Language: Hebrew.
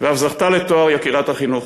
ואף זכתה לתואר "יקירת החינוך".